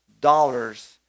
dollars